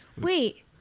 Wait